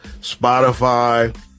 Spotify